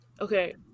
Okay